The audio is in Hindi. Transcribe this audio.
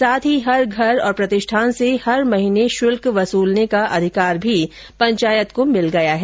साथ ही हर घर तथा प्रतिष्ठान से हर महीने शुल्क वसूलने का अधिकार भी पंचायत को मिल गया है